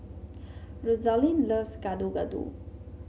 Rosalyn loves Gado Gado